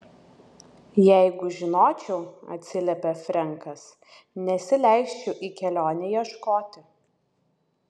jeigu žinočiau atsiliepė frenkas nesileisčiau į kelionę ieškoti